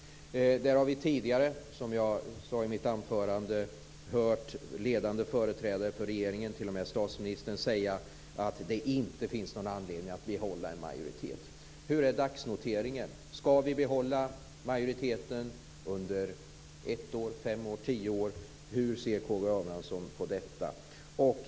Som jag sade i mitt anförande har vi tidigare hört ledande företrädare för regeringen, t.o.m. statsministern, säga att det inte finns någon anledning att behålla en majoritet av aktierna. Hur är dagsnoteringen? Ska vi behålla majoriteten under ett år, fem år eller tio år? Hur ser K G Abramsson på detta?